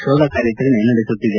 ಶೋಧ ಕಾರ್ಯಾಚರಣೆ ನಡೆಸುತ್ತಿದೆ